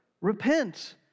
repent